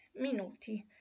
minuti